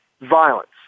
violence